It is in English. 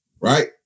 Right